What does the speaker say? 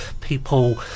people